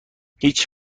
هیچ